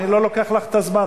אני לא לוקח לך את הזמן.